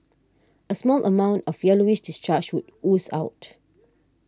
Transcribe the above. a small amount of yellowish discharge would ooze out